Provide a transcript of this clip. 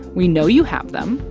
we know you have them,